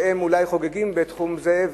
שהן אולי חוגגות בתחום זה,